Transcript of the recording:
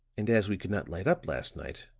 and as we could not light up last night,